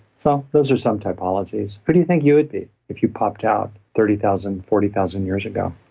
so those are some typologies. who do you think you would be if you popped out thirty thousand, forty thousand years ago?